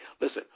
Listen